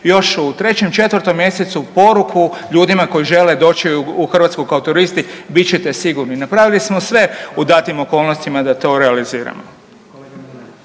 još u 3-4 mjesecu poruku ljudima koji žele doći u Hrvatsku kao turisti bit ćete sigurni. Napravili smo sve u datim okolnostima da to realiziramo.